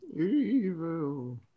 Evil